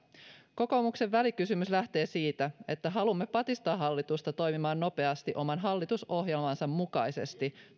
kokoomuksen välikysymys lähtee siitä että haluamme patistaa hallitusta toimimaan nopeasti oman hallitusohjelmansa mukaisesti